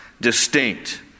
distinct